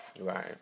Right